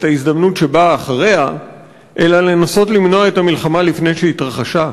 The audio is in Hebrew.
ההזדמנות שבאה אחריה אלא לנסות למנוע את המלחמה לפני שהתרחשה.